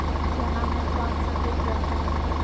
चना में कौन सा किट रहता है?